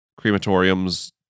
crematoriums